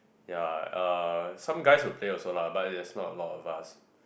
ya uh some guys will play also lah but is not a lot of us